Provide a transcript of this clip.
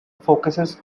focuses